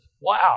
wow